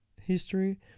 history